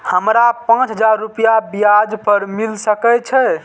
हमरा पाँच हजार रुपया ब्याज पर मिल सके छे?